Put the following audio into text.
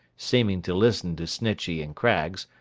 seeming to listen to snitchey and craggs,